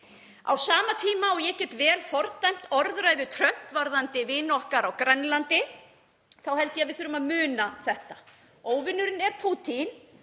Á sama tíma og ég get vel fordæmt orðræðu Trumps varðandi vini okkar á Grænlandi þá held ég að við þurfum að muna þetta. Óvinurinn er Pútín.